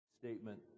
Statement